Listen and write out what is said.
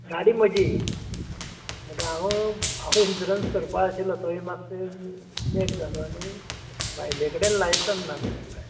गाडी म्हजी म्हणटा हांव हांव इन्शूरन्स करपाक आशिल्लो तोवय मातसो लेट जालो आनी बायले कडेन लायसन ना मेन म्हणल्यार